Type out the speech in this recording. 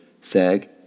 SAG